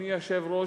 אדוני היושב-ראש,